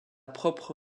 propre